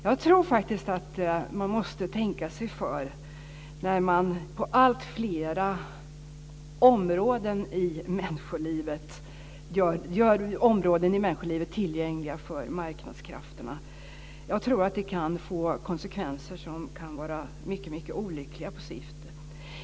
Jag tror att man måste tänka sig för när alltfler områden i människolivet görs tillgängliga för marknadskrafterna. Det kan få konsekvenser som kan vara mycket olyckliga på sikt.